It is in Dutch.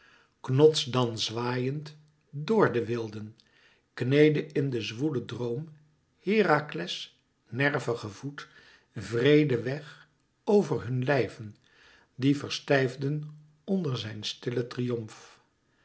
knots dan zwaaiend dor de wilden kneedde in den zwoelen droom herakles nervige voet wreeden weg over hun lijven die verstijfden onder zijn stillen triomf